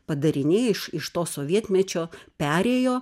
padariniai iš iš to sovietmečio perėjo